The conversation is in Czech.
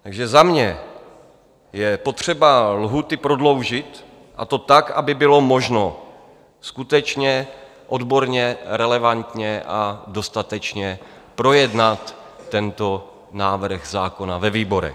Takže za mě je potřeba lhůty prodloužit, a to tak, aby bylo možno skutečně odborně, relevantně a dostatečně projednat tento návrh zákona ve výborech.